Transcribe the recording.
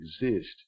exist